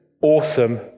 awesome